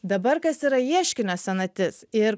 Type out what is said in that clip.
dabar kas yra ieškinio senatis ir